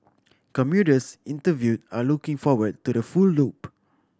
commuters interview are looking forward to the full loop